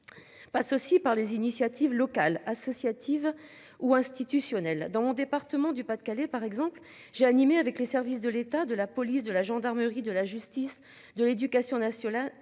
Passe aussi par les initiatives locales, associatives ou institutionnel dans mon département du Pas-de-Calais par exemple j'ai animé avec les services de l'État, de la police de la gendarmerie de la justice, de l'éducation nationale